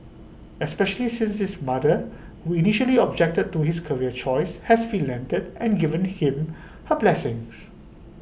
especially since his mother who initially objected to his career choice has and given him her blessings